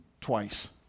twice